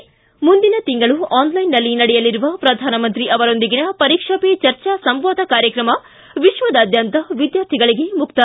ಿ ಮುಂದಿನ ತಿಂಗಳು ಆನ್ಲೈನ್ನಲ್ಲಿ ನಡೆಯಲಿರುವ ಪ್ರಧಾನಮಂತ್ರಿ ಅವರೊಂದಿಗಿನ ಪರೀಕ್ಷಾ ಪೇ ಚರ್ಚಾ ಸಂವಾದ ಕಾರ್ಯಕ್ರಮ ವಿಶ್ವದಾದ್ಯಂತ ವಿದ್ಯಾರ್ಥಿಗಳಿಗೆ ಮುಕ್ತ